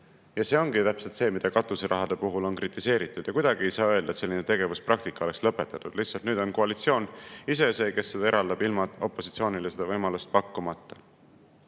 Ja see ongi täpselt see, mida katuseraha puhul on kritiseeritud. Kuidagi ei saa öelda, et selline tegevuspraktika oleks lõpetatud. Lihtsalt nüüd on koalitsioon ise see, kes seda eraldab, opositsioonile võimalust pakkumata. Aga